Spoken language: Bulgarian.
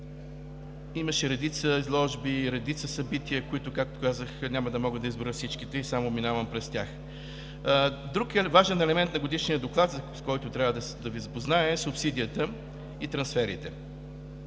Имаше редица изложби, редица събития, които, както казах, няма да мога да изброя и само минавам през тях. Друг важен елемент на Годишния доклад, с който трябва да Ви запозная, са субсидията и трансферите.